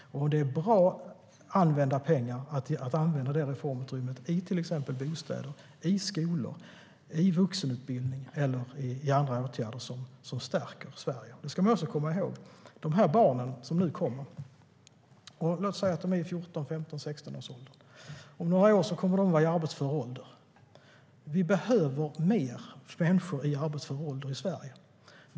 Det är bra använda pengar att använda det reformutrymmet till exempel till bostäder, skolor, vuxenutbildning eller andra åtgärder som stärker Sverige. Det ska man också komma ihåg. Låt oss säga att de barn som nu kommer är i 14, 15, 16-årsåldern. Om några år kommer de att vara i arbetsför ålder. Vi behöver fler människor i arbetsför ålder i Sverige.